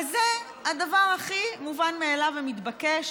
וזה הדבר הכי מובן מאליו ומתבקש: